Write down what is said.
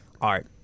art